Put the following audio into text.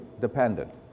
dependent